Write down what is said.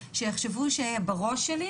שיחשבו שבראש שלי,